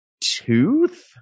tooth